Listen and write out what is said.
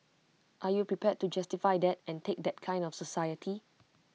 are you prepared to justify that and take that kind of society